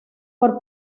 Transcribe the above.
por